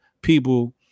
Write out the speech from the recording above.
people